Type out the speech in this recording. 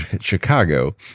Chicago